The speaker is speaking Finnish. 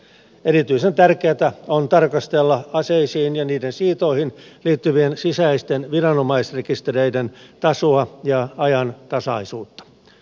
erityisen tärkeätä on tarkastella aseisiin ja niiden siirtoihin liittyvien sisäisten viranomaisrekistereiden tasoa ja ajantasaisuutta